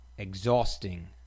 exhausting